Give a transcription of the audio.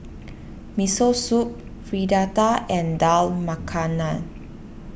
Miso Soup Fritada and Dal Makhani